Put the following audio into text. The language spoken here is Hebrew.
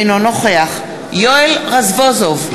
אינו נוכח יואל רזבוזוב,